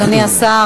אדוני השר,